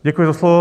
Děkuji za slovo.